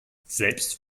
selbst